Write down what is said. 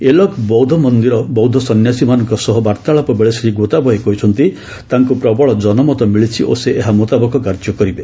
ଏଲକ ବୌଦ୍ଧ ମନ୍ଦିରଠାରେ ବୌଦ୍ଧ ସନ୍ୟାସୀମାନଙ୍କ ସହ ବାର୍ତ୍ତାଳାପ ବେଳେ ଶ୍ରୀ ଗୋତାବୟେ କହିଛନ୍ତି ତାଙ୍କୁ ପ୍ରବଳ ଜନମତ ମିଳିଛି ଓ ସେ ଏହା ମୁତାବକ କାର୍ଯ୍ୟ କରିବେ